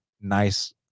nice